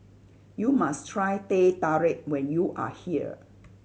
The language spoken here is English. you must try Teh Tarik when you are here